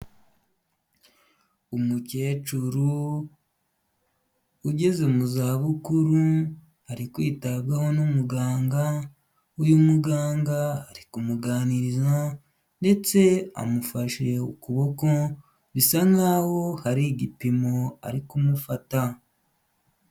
Umukecuru ugeze mu zabukuru ari kwitabwaho n'umuganga, uyu muganga ari kumuganiriza ndetse amufashe ukuboko, bisa nkaho hari igipimo ari kumufata.